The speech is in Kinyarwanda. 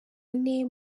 ane